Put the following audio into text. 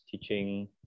teaching